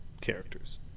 characters